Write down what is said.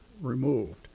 removed